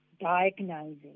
diagnosing